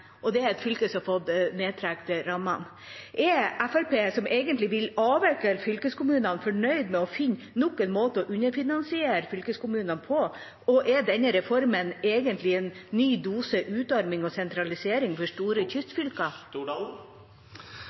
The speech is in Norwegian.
og det er et fylke som har fått nedtrekk i rammene. Er Fremskrittspartiet, som egentlig vil avvikle fylkeskommunene, fornøyd med å finne nok en måte å underfinansiere fylkeskommunene på, og er denne reformen egentlig en ny dose utarming og sentralisering for store kystfylker? Jeg er veldig glad for at representanten Mossleth spør om